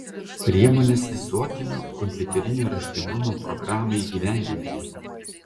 priemonės visuotinio kompiuterinio raštingumo programai įgyvendinti